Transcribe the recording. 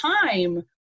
time